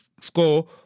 score